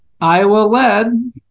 Iowa-led